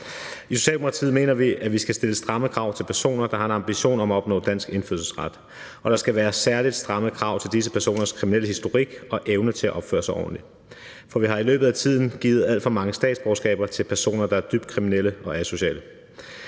I Socialdemokratiet mener vi, at vi skal stille stramme krav til personer, der har en ambition om at opnå dansk indfødsret, og der skal være særlig stramme krav til disse personers kriminelle historik og evne til at opføre sig ordentligt. For vi har igennem tiden givet alt for mange statsborgerskaber til personer, der er dybt kriminelle og asociale.